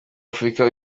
afurika